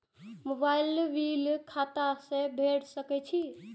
Mobile bill खाता से भेड़ सके छि?